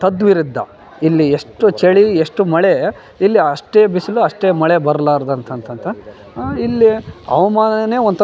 ತದ್ವಿರುದ್ದ ಇಲ್ಲಿ ಎಷ್ಟು ಚಳಿ ಎಷ್ಟು ಮಳೆ ಇಲ್ಲಿ ಅಷ್ಟೇ ಬಿಸಿಲು ಅಷ್ಟೇ ಮಳೆ ಬರಲಾರರ್ದಂತಂಥಂಥ ಇಲ್ಲಿ ಹವ್ಮಾನವೇ ಒಂಥರ